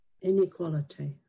inequality